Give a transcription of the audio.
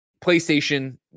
PlayStation